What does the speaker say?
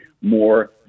more